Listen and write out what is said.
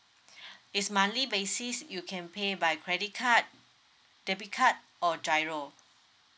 it's monthly basis you can pay by credit card debit card or GIRO